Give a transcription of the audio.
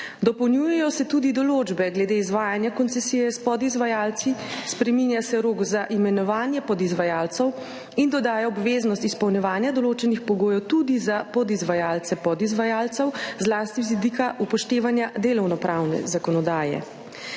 Dopolnjujejo se tudi določbe glede izvajanja koncesije s podizvajalci, spreminja se rok za imenovanje podizvajalcev in dodaja obveznost izpolnjevanja določenih pogojev tudi za podizvajalce podizvajalcev, zlasti z vidika upoštevanja delovnopravne zakonodaje.